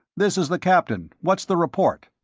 this is the captain. what's the report?